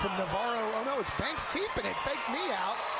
you know it's banks keeping it, faked me out.